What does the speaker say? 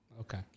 Okay